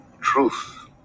truth